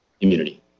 immunity